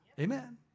Amen